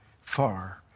far